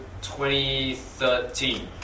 2013